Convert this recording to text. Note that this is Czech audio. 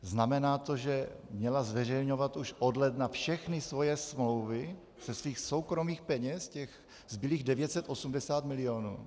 Znamená to, že měla zveřejňovat už od ledna všechny svoje smlouvy ze svých soukromých peněz, z těch zbylých 980 mil.?